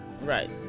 Right